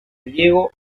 diego